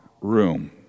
room